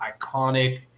iconic